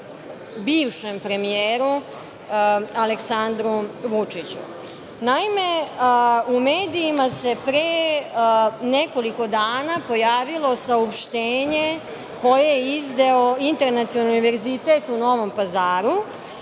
bivšem premijeru Aleksandru Vučiću. Naime, u medijima se pre nekoliko dana pojavilo saopštenje koje je izdao Internacionalni Univerzitet u Novom Pazaru,